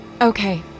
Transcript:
Okay